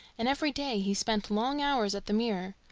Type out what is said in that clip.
and every day he spent long hours at the mirror.